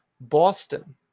Boston